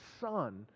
son